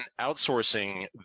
outsourcing